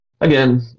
again